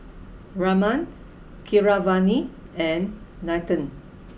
Raman Keeravani and Nathan